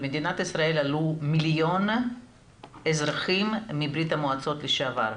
למדינת ישראל עלו מיליון אזרחים מברית המועצות לשעבר,